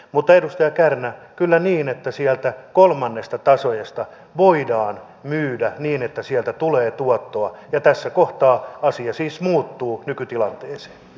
mutta edustaja kärnä kyllä on niin että kolmannesta taseesta voidaan myydä niin että sieltä tulee tuottoa ja tässä kohtaa asia siis muuttuu nykytilanteesta